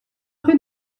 cru